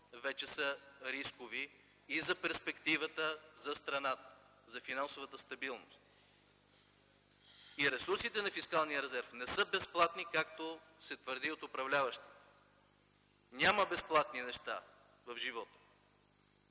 вече са рискови и за перспективата за страната, за финансовата стабилност. И ресурсите на фискалния резерв не са безплатни, както се твърди от управляващите. Няма безплатни неща в живота.